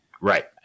right